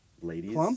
Ladies